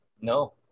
no